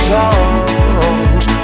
Songs